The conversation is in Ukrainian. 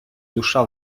душа